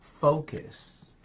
focus